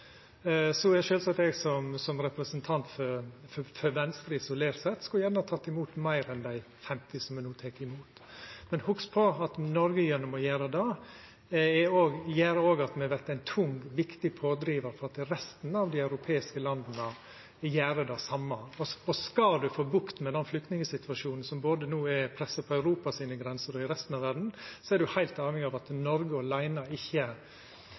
Så skulle sjølvsagt eg, som representant for Venstre, isolert sett gjerne teke imot fleire enn dei 50 som me no tek imot. Men hugs på at Noreg gjennom å gjera det òg vert ein tung, viktig pådrivar for at resten av dei europeiske landa gjer det same. Og skal ein få bukt med den flyktningsituasjonen som no pressar på både Europas grenser og resten av verda, er ein heilt avhengig av at Noreg aleine ikkje